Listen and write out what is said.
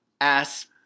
ass